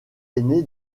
aîné